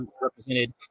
represented